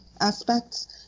aspects